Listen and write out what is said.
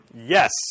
Yes